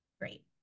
great